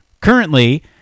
currently